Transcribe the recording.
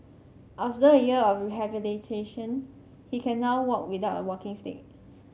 after a year of rehabilitation he can now walk without a walking stick